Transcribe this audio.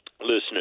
listeners